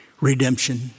Redemption